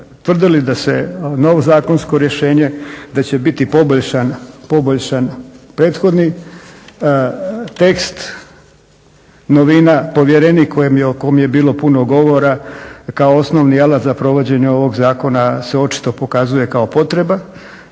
tvrdili da se novo zakonsko rješenje da će biti poboljšan prethodni tekst. Novina, povjerenik o kojem je bilo puno govora kao osnovni alat za provođenje ovog zakona se očito pokazuje kao potreba